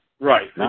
Right